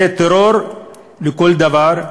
זה טרור לכל דבר.